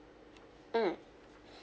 mm